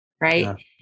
Right